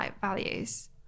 values